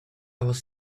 was